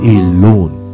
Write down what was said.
alone